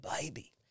baby